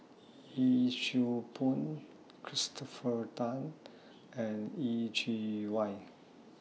Yee Siew Pun Christopher Tan and Yeh Chi Wei